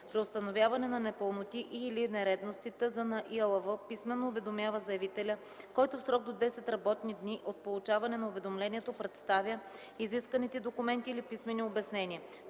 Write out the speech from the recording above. При установяване на непълноти и/или нередности ТЗ на ИАЛВ писмено уведомява заявителя, който в срок до 10 работни дни от получаване на уведомлението представя изисканите документи или писмени обяснения.